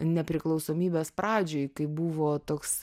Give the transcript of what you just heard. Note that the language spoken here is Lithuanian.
nepriklausomybės pradžioj tai buvo toks